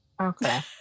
Okay